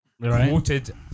quoted